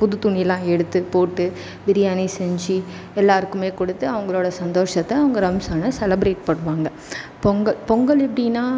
புது துணியெல்லாம் எடுத்து போட்டு பிரியாணி செஞ்சு எல்லாேருக்குமே கொடுத்து அவங்களோடய சந்தோஷத்தை அவங்க ரம்சானை செலப்ரேட் பண்ணுவாங்க பொங்கல் பொங்கல் எப்படின்னா